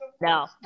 No